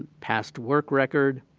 past work record,